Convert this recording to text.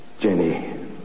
Jenny